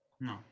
No